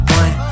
one